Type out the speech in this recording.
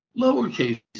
lowercase